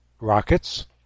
rockets